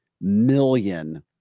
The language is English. million